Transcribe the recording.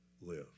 live